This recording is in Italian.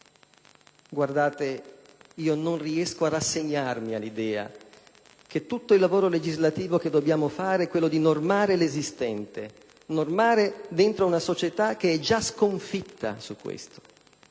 Guardate, non riesco a rassegnarmi all'idea che tutto il lavoro legislativo che dobbiamo fare sia di normare l'esistente, dentro una società che su questo